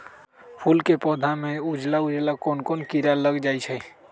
फूल के पौधा में उजला उजला कोन किरा लग जई छइ?